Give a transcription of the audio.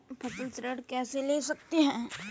फसल ऋण कैसे ले सकते हैं?